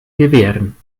gewähren